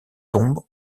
tombes